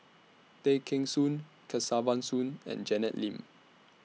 Tay Kheng Soon Kesavan Soon and Janet Lim